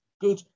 good